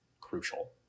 crucial